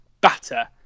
batter